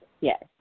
Yes